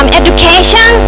education